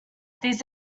these